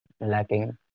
lacking